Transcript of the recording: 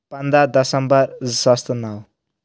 پنٛداہ دَسمبر زٕ ساس تہٕ نو